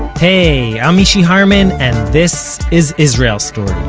hey, i'm mishy harman, and this is israel story.